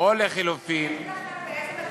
באיזה מקומות הוא נסגר?